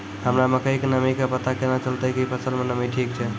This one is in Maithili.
हमरा मकई के नमी के पता केना चलतै कि फसल मे नमी ठीक छै?